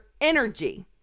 energy